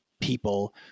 people